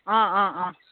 অঁ অঁ অঁ